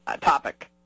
topic